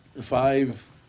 five